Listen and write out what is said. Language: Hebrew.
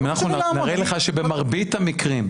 נראה לך שבמרבית המקרים,